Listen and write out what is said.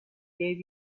gave